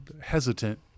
hesitant